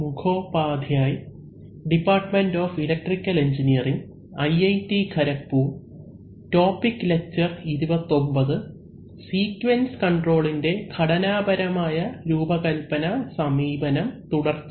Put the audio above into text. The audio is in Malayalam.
Mukhopadhyay department of electrical engineering IIT Kharagpur topic lecture 29 sequence കൺട്രോളിന്റെ ഘടനാപരമായ രൂപകല്പന സമീപനംതുടർച്ച